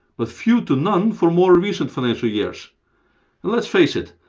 but few to none for more recent financial years. and let's face it,